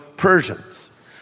Persians